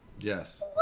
Yes